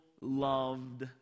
loved